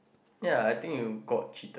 yeah I think you got cheap